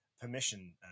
permission